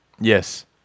Yes